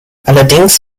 allerdings